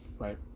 Right